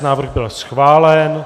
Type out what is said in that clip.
Návrh byl schválen.